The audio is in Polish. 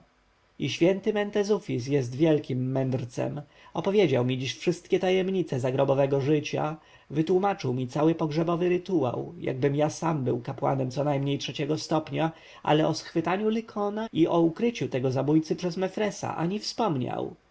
święty mentezufis jest wielkim mędrcem opowiedział mi dziś wszystkie tajemnice zagrobowego życia wytłomaczył mi cały pogrzebowy rytuał jakbym ja sam był kapłanem co najmniej trzeciego stopnia ale o schwytaniu lykona i o ukryciu tego zabójcy przez mefresa ani wspomniał